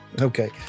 Okay